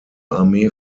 armee